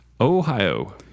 ohio